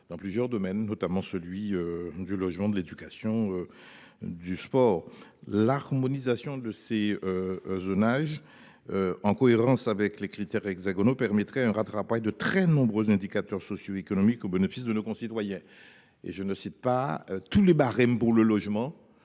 dans plusieurs domaines, tels que le logement, l’éducation ou le sport. L’harmonisation de ces zonages, en cohérence avec les critères hexagonaux, permettrait un rattrapage de très nombreux indicateurs socio économiques au bénéfice de nos concitoyens. Et que dire du problème des barèmes pour obtenir